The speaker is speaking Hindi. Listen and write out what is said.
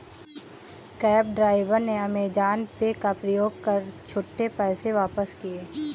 कैब ड्राइवर ने अमेजॉन पे का प्रयोग कर छुट्टे पैसे वापस किए